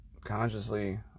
consciously